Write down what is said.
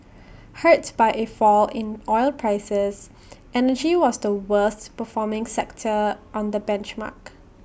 hurt by A fall in oil prices energy was the worst performing sector on the benchmark